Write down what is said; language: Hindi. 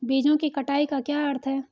बीजों की कटाई का क्या अर्थ है?